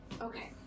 Okay